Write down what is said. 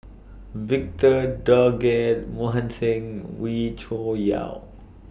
Victor Doggett Mohan Singh Wee Cho Yaw